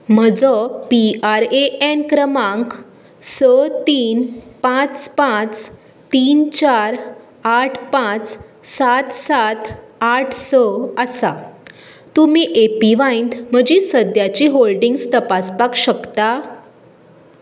म्हजो P R A N क्रमांक स तीन पांच पांच तीन चार आठ पांच सात सात आठ स आसा तुमी ए पी व्हायत म्हजी सद्याची होल्डिंग्स तपासपाक शकता